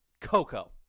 Coco